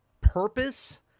purpose